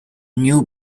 new